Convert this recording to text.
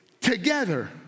together